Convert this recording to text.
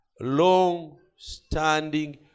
long-standing